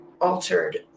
altered